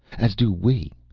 as do we.